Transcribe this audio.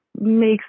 makes